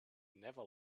never